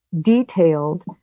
detailed